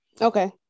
okay